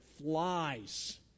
flies